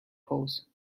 pose